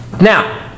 Now